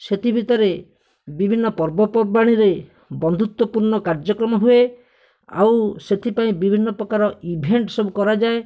ସେଥି ଭିତରେ ବିଭିନ୍ନ ପର୍ବପର୍ବାଣୀରେ ବନ୍ଧୁତ୍ୱ ପୂର୍ଣ୍ଣ କାର୍ୟ୍ୟକ୍ରମ ହୁଏ ଆଉ ସେଥିପାଇଁ ବିଭିନ୍ନ ପ୍ରକାର ଇଭେଣ୍ଟ ସବୁ କରାଯାଏ